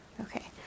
Okay